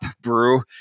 brew